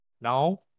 now